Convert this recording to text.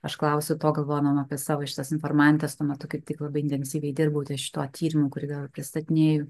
aš klausiu to galvodama apie savo šitas informantes tuo metu kaip tik labai intensyviai dirbau ties šituo tyrimu kurį vėl pristatinėju